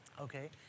Okay